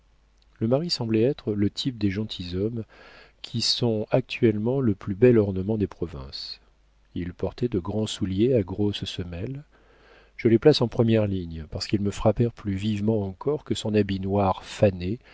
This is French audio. le mari semblait être le type des gentilshommes qui sont actuellement le plus bel ornement des provinces il portait de grands souliers à grosses semelles je les place en première ligne parce qu'ils me frappèrent plus vivement encore que son habit noir fané